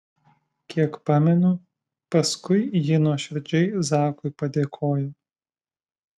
kiek pamenu paskui ji nuoširdžiai zakui padėkojo